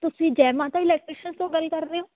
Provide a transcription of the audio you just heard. ਤੁਸੀਂ ਜੈ ਮਾਤਾ ਇਲੈਕਟ੍ਰੀਸ਼ਨਸ ਤੋਂ ਗੱਲ ਕਰ ਰਹੇ ਹੋ